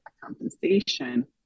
compensation